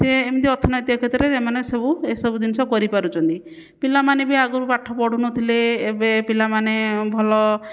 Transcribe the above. ସେ ଏମିତି ଅର୍ଥନୈତିକ କ୍ଷେତ୍ରରେ ଏମାନେ ସବୁ ଏସବୁ ଜିନିଷ କରିପାରୁଛନ୍ତି ପିଲାମାନେ ବି ଆଗରୁ ପାଠ ପଢ଼ୁନଥିଲେ ଏବେ ପିଲାମାନେ ଭଲ